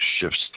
shifts